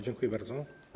Dziękuję bardzo.